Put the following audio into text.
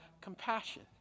compassion